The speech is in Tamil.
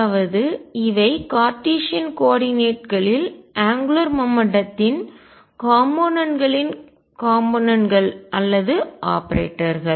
அதாவது இவை கார்ட்டீசியன் கோஆர்டினேட்களில் அங்குலார் மொமெண்ட்டத்தின் கோண உந்தத்தின் காம்போனென்ட் கூறு களின் காம்போனென்ட்கள் கூறுகள் அல்லது ஆபரேட்டர்கள்